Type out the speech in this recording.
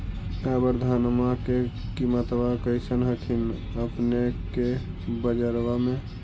अबर धानमा के किमत्बा कैसन हखिन अपने के बजरबा में?